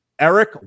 Eric